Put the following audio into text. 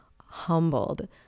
humbled